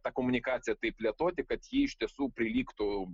tą komunikaciją taip plėtoti kad ji iš tiesų prilygtų